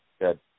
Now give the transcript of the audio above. Good